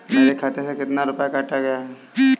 मेरे खाते से कितना रुपया काटा गया है?